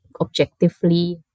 objectively